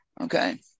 Okay